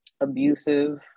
abusive